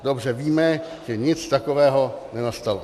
Dobře víme, že nic takového nenastalo.